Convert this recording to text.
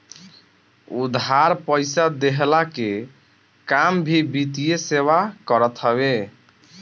उधार पईसा देहला के काम भी वित्तीय सेवा करत हवे